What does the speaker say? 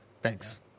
Thanks